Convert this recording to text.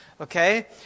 Okay